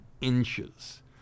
inches